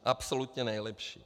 Absolutně nejlepší.